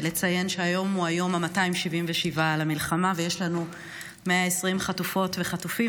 נציין שהיום הוא היום ה-277 למלחמה ויש לנו 120 חטופות וחטופים.